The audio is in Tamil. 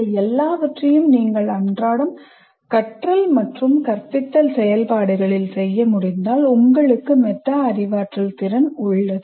இந்த எல்லாவற்றையும் நீங்கள் அன்றாடம் கற்றல் மற்றும் கற்பித்தல் செயல்பாடுகளில் செய்ய முடிந்தால் உங்களுக்கு மெட்டா அறிவாற்றல் திறன் உள்ளது